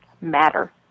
matter